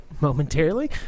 momentarily